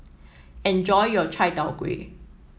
enjoy your Chai Tow Kway